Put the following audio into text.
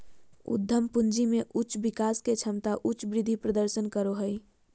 उद्यम पूंजी में उच्च विकास के क्षमता उच्च वृद्धि प्रदर्शन करो हइ